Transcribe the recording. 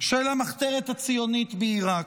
של המחתרת הציונית בעירק.